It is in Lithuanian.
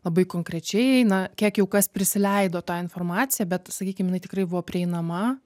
labai konkrečiai na kiek jau kas prisileido tą informaciją bet sakykim jinai tikrai buvo prieinama